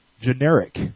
generic